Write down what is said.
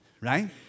right